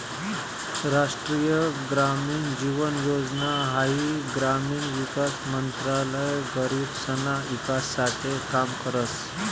राष्ट्रीय ग्रामीण जीवन योजना हाई ग्रामीण विकास मंत्रालय गरीबसना ईकास साठे काम करस